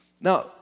Now